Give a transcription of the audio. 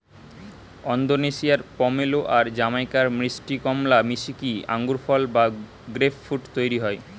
ওন্দোনেশিয়ার pomelo আর জামাইকার মিষ্টি কমলা মিশিকি আঙ্গুরফল বা গ্রেপফ্রূট তইরি হয়